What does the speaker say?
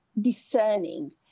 discerning